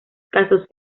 casos